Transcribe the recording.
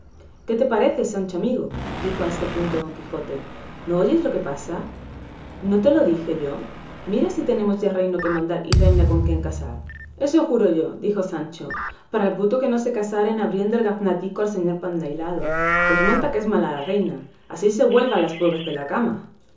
qué te parece sancho amigo dijo a este punto don quijote no oyes lo que pasa no te lo dije yo mira si tenemos ya reino que mandar y reina con quien casar eso juro yo dijo sancho para el puto que no se casare en abriendo el gaznatico al señor pandahilado pues monta que es mala la reina así se me vuelvan las pulgas de la cama